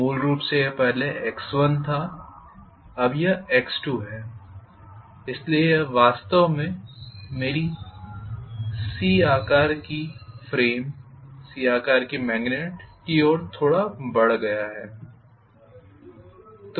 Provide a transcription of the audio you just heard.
मूल रूप से यह पहले x1 था अब यह x2है इसलिए यह वास्तव में मेरी "C" आकार की फ्रेम "C" आकार की मेग्नेट की ओर थोड़ा बढ़ गया है